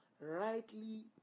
rightly